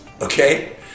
okay